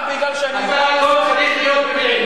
רק מפני שאני, אתה לא צריך להיות בבילעין.